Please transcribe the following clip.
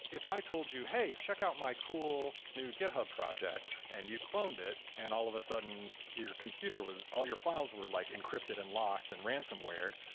if i told you, hey, check out my cool new github project, and you cloned it and all of a sudden your computer was all your files were like encrypted and locked and ransomewared,